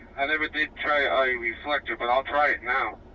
i never did try i reflected, but i'll try it now